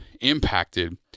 impacted